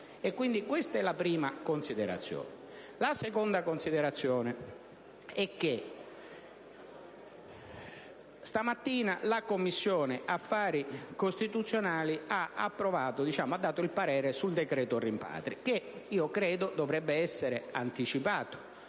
Questa è la prima considerazione. La seconda considerazione è che questa mattina la Commissione affari costituzionali ha dato il parere sul decreto rimpatri, il cui esame, a mio avviso, dovrebbe essere anticipato.